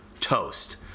Toast